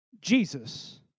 Jesus